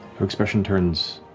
her expression turns